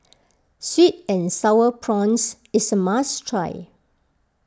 Sweet and Sour Prawns is a must try